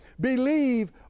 Believe